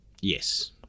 Yes